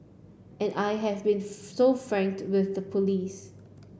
and I have been so frank with the police